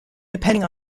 depending